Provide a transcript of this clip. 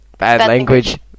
language